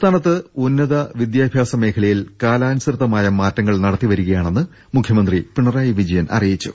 സംസ്ഥാന ഉന്നത വിദ്യാഭ്യാസ് മേഖലയിൽ കാലാനുസൃ തമായ മാറ്റങ്ങൾ നടത്തിവരികയാണെന്ന് മുഖ്യമന്ത്രി പിണ റായി വിജയൻ അറിയിച്ചു